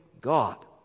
God